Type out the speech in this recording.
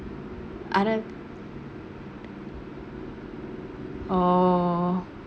I don't oh